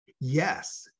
Yes